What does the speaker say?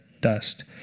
dust